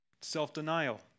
Self-denial